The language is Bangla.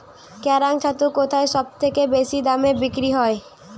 কাড়াং ছাতু কোথায় সবথেকে বেশি দামে বিক্রি হয়?